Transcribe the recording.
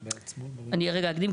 אני רגע אקדים.